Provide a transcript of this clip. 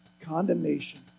condemnation